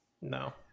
No